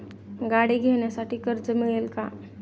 गाडी घेण्यासाठी कर्ज मिळेल का?